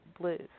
blues